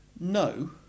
No